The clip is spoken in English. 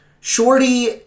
Shorty